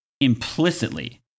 implicitly